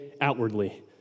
outwardly